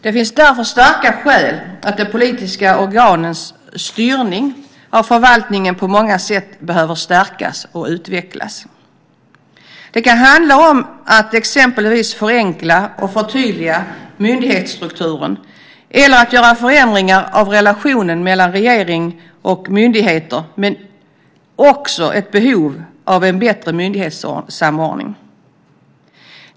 Det finns därför starka skäl för att de politiska organens styrning av förvaltningen på många sätt behöver stärkas och utvecklas. Det kan handla om att exempelvis förenkla och förtydliga myndighetsstrukturen eller att göra förändringar av relationen mellan regering och myndigheter men också om ett behov av en bättre myndighetssamordning.